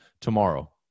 tomorrow